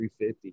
350